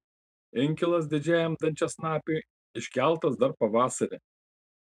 inkilas didžiajam dančiasnapiui iškeltas dar pavasarį